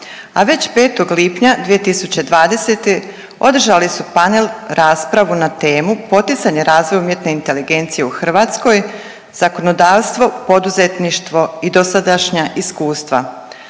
a već 5. lipnja 2020. održali su panel raspravu na temu poticanje razvoja umjetne inteligencije u Hrvatskoj zakonodavstvo, poduzetništvo i dosadašnja iskustva.